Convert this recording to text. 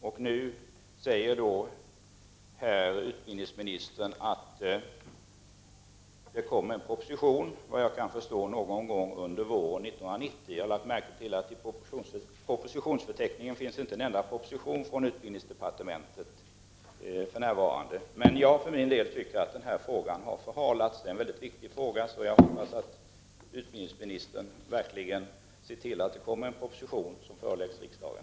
Och nu säger utbildningsministern här att det kommer en proposition — såvitt jag kan förstå någon gång under våren 1990. Jag har lagt märke till att det i propositionsförteckningen för närvarande inte finns en enda proposition från utbildningsdepartementet. Men jag för min del tycker att denna fråga har förhalats. Det är en mycket viktig fråga, så jag hoppas att utbildningsministern verkligen ser till att det kommer en proposition som föreläggs riksdagen.